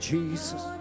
Jesus